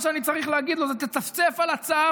מה שאני צריך להגיד לו זה: תצפצף על הצו,